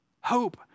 Hope